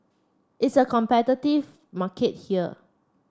it's a competitive market here